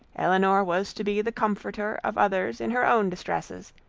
elinor was to be the comforter of others in her own distresses,